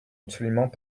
absolument